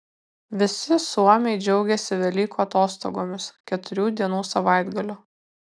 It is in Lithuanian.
visi suomiai džiaugiasi velykų atostogomis keturių dienų savaitgaliu